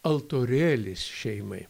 altorėlis šeimai